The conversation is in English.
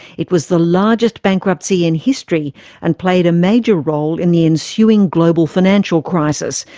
it was the largest bankruptcy in history and played a major role in the ensuing global financial crisis,